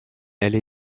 elle